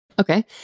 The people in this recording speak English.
Okay